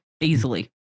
easily